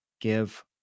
give